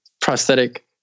prosthetic